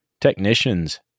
technicians